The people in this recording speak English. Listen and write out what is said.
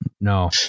No